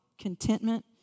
contentment